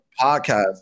podcast